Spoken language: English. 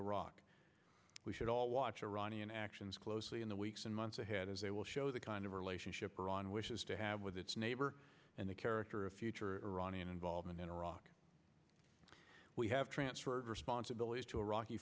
iraq we should all watch iranian actions closely in the weeks and months ahead as they will show the kind of relationship are on wishes to have with its neighbor and the character of future aronian involvement in iraq we have transferred responsibilities to